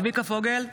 צביקה פוגל,